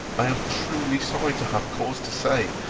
i am truly sorry to have cause to say,